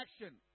action